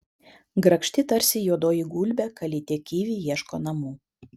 grakšti tarsi juodoji gulbė kalytė kivi ieško namų